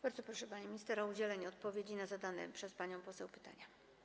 Bardzo proszę, pani minister, o udzielenie odpowiedzi na zadane przez panią poseł pytania.